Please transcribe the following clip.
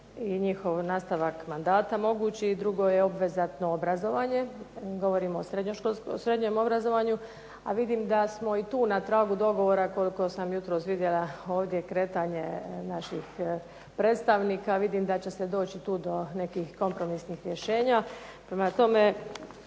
i njihov nastavak mandata mogućih drugo je srednje obrazovanje, govorimo o srednjem obrazovanju, a vidim da smo tu na tragu dogovora koliko sam jutros vidjela ovdje kretanje naših predstavnika, vidim da će se doći tu do nekih kompromisnih rješenja,